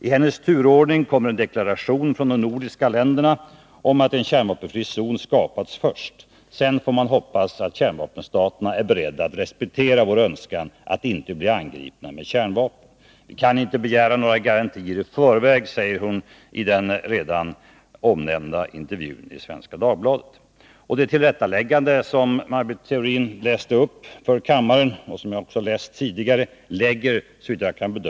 I hennes turordning kommer först en deklaration från de nordiska länderna om att en kärnvapenfri zon skapats, sedan får man hoppas att kärnvapenstaterna är beredda att respektera vår önskan att inte bli angripna med kärnvapen. Vi kan inte begära några garantier i förväg, säger hon i Svenska Dagbladet. Det tillrättaläggande som Maj Britt Theorin läste upp för kammaren och som jag också har läst tidigare lägger ingenting till rätta.